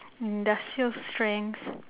industrial strength